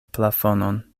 plafonon